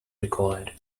required